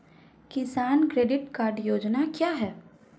किसान credit card योजना क्या है?